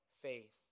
faith